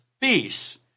peace